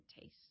taste